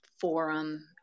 forum